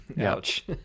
ouch